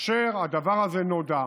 כאשר הדבר הזה נודע,